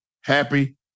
Happy